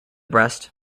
breast